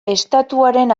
estatuaren